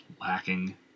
lacking